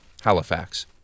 Halifax